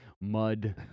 mud